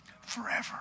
forever